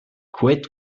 quit